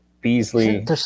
Beasley